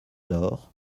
door